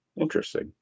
interesting